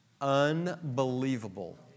Unbelievable